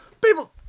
People